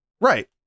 right